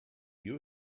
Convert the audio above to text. you